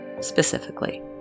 specifically